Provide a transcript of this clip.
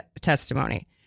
testimony